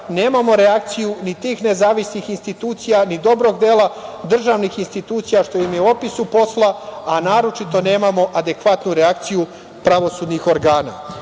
nemamo reakciju ni tih nezavisnih institucija, ni dobrog dela državnih institucija, što im je u opisu posla, a naročito nemamo adekvatnu reakciju pravosudnih organa. Da